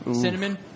cinnamon